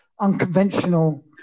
unconventional